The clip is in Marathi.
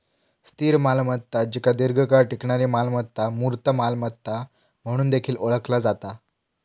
स्थिर मालमत्ता जिका दीर्घकाळ टिकणारी मालमत्ता, मूर्त मालमत्ता म्हणून देखील ओळखला जाता